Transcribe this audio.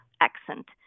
accent